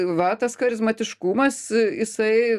va tas charizmatiškumas jisai